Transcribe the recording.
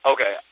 Okay